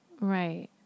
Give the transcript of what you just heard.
Right